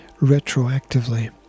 retroactively